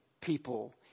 people